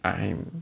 I am